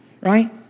Right